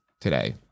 today